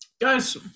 Guys